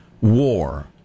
war